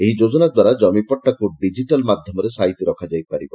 ଏହି ଯୋକନାଦ୍ୱାରା ଜମିପଟ୍ଟାକୁ ଡିଜିଟାଲ୍ ମାଧ୍ଧମରେ ସାଇତି ରଖାଯାଇପାରିବ